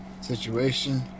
situation